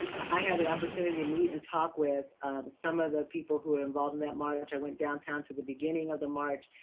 i have the opportunity to meet and talk with some of the people who were involved in that march. i went downtown to the beginning of the march,